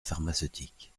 pharmaceutique